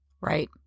Right